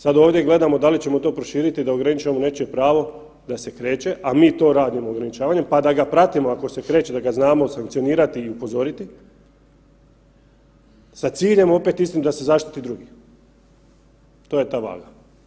Sada ovdje gledamo da li ćemo to proširiti da ograničimo nečije pravo da se kreće, a mi to radimo ograničavanjem pa da ga pratimo ako se kreće da ga znamo sankcionirati i upozoriti sa ciljem opet istim da se zaštiti drugi, to je ta vaga.